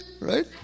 right